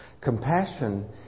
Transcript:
Compassion